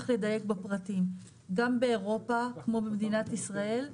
גם באירופה, כמו במדינת ישראל,